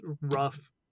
rough